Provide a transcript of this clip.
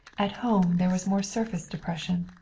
at home there was more surface depression.